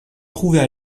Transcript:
trouvait